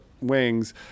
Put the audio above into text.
wings